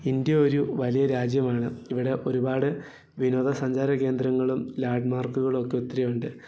India ഒരു വലിയ രാജ്യമാണ് ഇവിടെ ഒരുപാട് വിനോദ സഞ്ചാര കേന്ദ്രങ്ങളും ലാൻമാർക്കുകളും ഒക്കെ ഒത്തിരി ഉണ്ട്